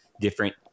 different